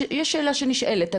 יש שאלה שנשאלת,